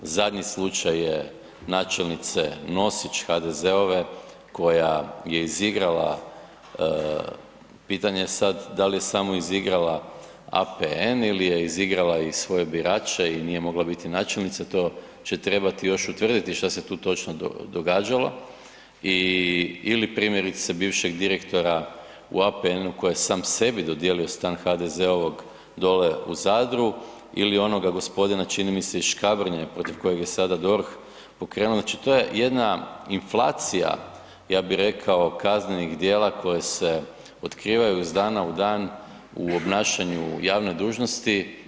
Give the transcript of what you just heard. Zadnji slučaj je načelnice Nosić HDZ-ove koja je izigrala, pitanje je sada da li je samo izigrala APN ili je izigrala i svoje birače i nije mogla biti načelnica, to će trebati još utvrditi što se tu točno događalo ili primjerice bivšeg direktora u APN-u koji je sam sebi dodijelio stan HDZ-ovog dole u Zadru ili onoga gospodina čini mi se iz Škabrnje protiv kojeg je sada DORH pokrenuo, znači to je jedna inflacija kaznenih djela koje se otkrivaju iz dana u dan u obnašanju javne dužnosti.